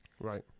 Right